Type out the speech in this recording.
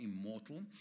immortal